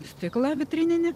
stiklą vitrininį